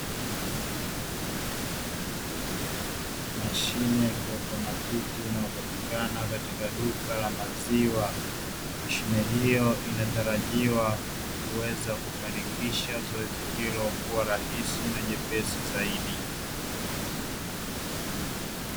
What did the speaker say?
Mashine ya kiautomatiki inayo patikana katika duka la maziwa, mashine hiyo inatarajiwa, kuweza kufanikisha zoezi hilo kuwa rahisi na jepesi zaidi.